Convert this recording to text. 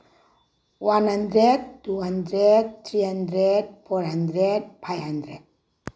one hundred two hundred three hundred four hundred five hundred